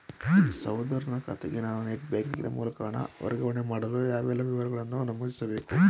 ಸಹೋದರನ ಖಾತೆಗೆ ನಾನು ನೆಟ್ ಬ್ಯಾಂಕಿನ ಮೂಲಕ ಹಣ ವರ್ಗಾವಣೆ ಮಾಡಲು ಯಾವೆಲ್ಲ ವಿವರಗಳನ್ನು ನಮೂದಿಸಬೇಕು?